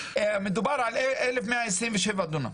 מדובר על אלף מאה עשרים ושבע דונם,